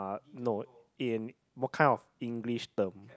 no in what kind of English term